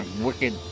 Wicked